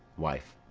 wife.